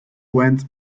went